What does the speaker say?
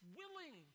willing